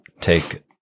take